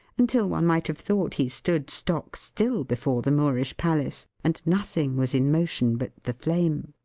until one might have thought he stood stock still before the moorish palace, and nothing was in motion but the flame.